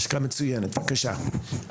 לשכה מצוינת, בבקשה,